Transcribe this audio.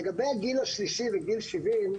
לגבי הגיל השלישי וגיל 70,